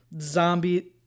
zombie